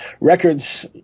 Records